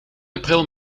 april